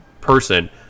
person